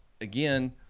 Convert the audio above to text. Again